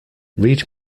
read